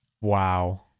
Wow